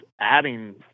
adding